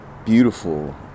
beautiful